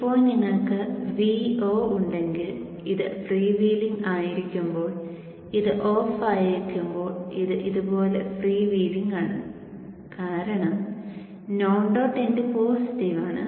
ഇപ്പോൾ നിങ്ങൾക്ക് Vo ഉണ്ടെങ്കിൽ ഇത് ഫ്രീ വീലിംഗ് ആയിരിക്കുമ്പോൾ ഇത് ഓഫായിരിക്കുമ്പോൾ ഇത് ഇതുപോലെ ഫ്രീ വീലിംഗ് ആണ് കാരണം നോൺ ഡോട്ട് ഏൻഡ് പോസിറ്റീവ് ആണ്